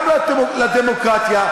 גם לדמוקרטיה,